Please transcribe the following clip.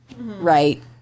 right